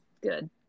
Good